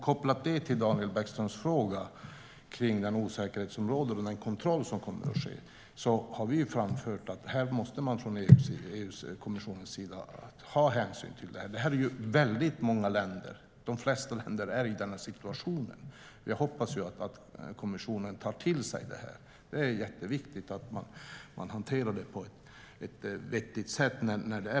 Kopplat till Daniel Bäckströms fråga om den osäkerhet som råder och den kontroll som kommer att ske har vi framfört att EU-kommissionen måste ta hänsyn till detta. De flesta länder är i denna situation, så jag hoppas att EU-kommissionen tar till sig det. Det är viktigt att man hanterar det på ett vettigt sätt.